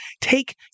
take